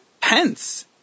Pence